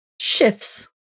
shifts